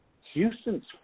Houston's